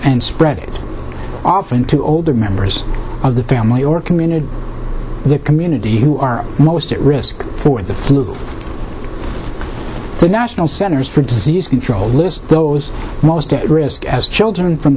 and spread it often to older members of the family or community the community who are most at risk for the flu the national centers for disease control list those most at risk as children from